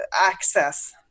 access